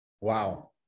Wow